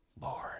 Lord